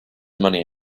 money